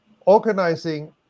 organizing